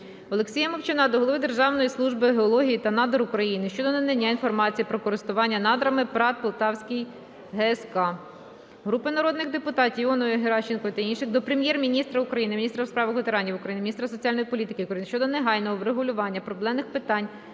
Олексія Мовчана до Голови Державної служби геології та надр України щодо надання інформації про користування надрами ПрАТ "Полтавський ГЗК". Групи народних депутатів (Іонової, Геращенко та інших.) до Прем'єр-міністра України, міністра у справах ветеранів України, міністра соціальної політики України щодо негайного врегулювання проблемних питань